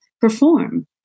perform